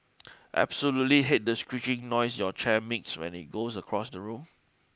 absolutely hate the screeching noise your chair makes when it goes across the room